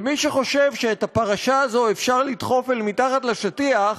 מי שחושב שאת הפרשה הזאת אפשר לדחוף אל מתחת לשטיח,